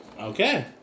Okay